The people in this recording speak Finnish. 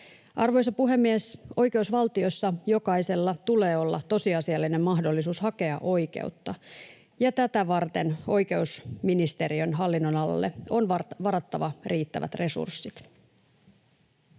Arvoisa puhemies! Oikeusvaltiossa jokaisella tulee olla tosiasiallinen mahdollisuus hakea oikeutta, ja tätä varten oikeusministeriön hallinnonalalle on varattava riittävät resurssit.